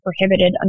prohibited